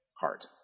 heart